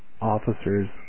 officers